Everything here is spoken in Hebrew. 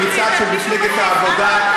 קבוצה של מפלגת העבודה,